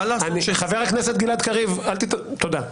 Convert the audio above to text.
חבר הכנסת גלעד קריב, תודה.